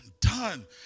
done